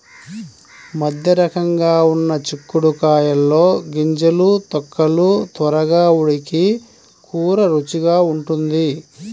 మధ్యరకంగా ఉన్న చిక్కుడు కాయల్లో గింజలు, తొక్కలు త్వరగా ఉడికి కూర రుచిగా ఉంటుంది